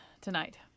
tonight